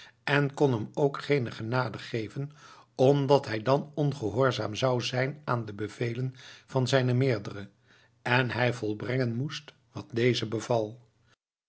en kon hem ook geene genade geven omdat hij dan ongehoorzaam zou zijn aan de bevelen van zijnen meerdere en hij volbrengen moest wat deze beval